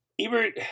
Ebert